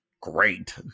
great